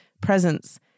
presence